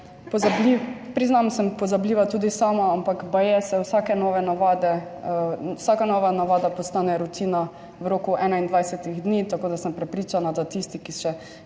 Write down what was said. priznam, sem pozabljiva tudi sama, ampak baje vsaka nova navada postane rutina v roku 21 dni, tako da sem prepričana, da tisti, ki še